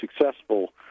successful